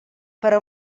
però